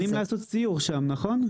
אנחנו מתכוונים לעשות סיור שם נכון?